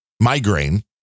migraine